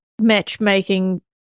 matchmaking